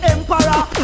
Emperor